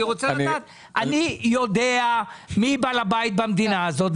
אני יודע מי בעל הבית במדינה הזו,